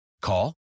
Call